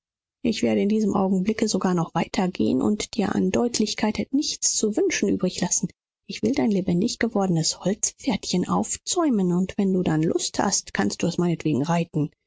ich werde in diesem augenblicke sogar noch weiter gehen und dir an deutlichkeit nichts zu wünschen übriglassen ich will dein lebendig gewordenes holzpferdchen aufzäumen und wenn du dann lust hast kannst du es meinetwegen reiten